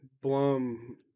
Blum